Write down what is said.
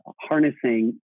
harnessing